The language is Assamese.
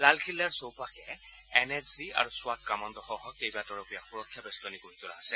লালকিল্লাৰ চৌপাশে এন এছ জি আৰু স্বাট কামাণ্ডোসহ কেইবা তৰপীয়া সুৰক্ষা বেষ্টনী গঢ়ি তোলা হৈছে